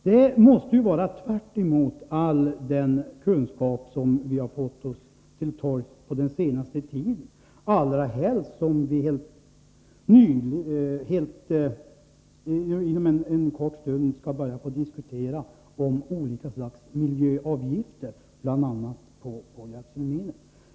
Det måste ju — jag säger det särskilt med tanke på att vi inom kort skall börja diskutera olika slags miljöavgifter, bl.a. på gödselmedel — vara tvärtemot all den kunskap som vi har vunnit den senaste tiden.